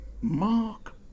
Mark